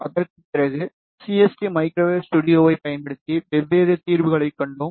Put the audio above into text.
அதற்கு பிறகு CST microwave ஸ்டுடியோவைப் பயன்படுத்தி வெவ்வேறு தீர்வுகளைக் கண்டோம்